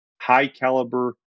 high-caliber